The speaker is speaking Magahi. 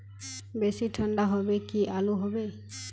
बेसी ठंडा होबे की आलू होबे